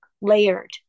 layered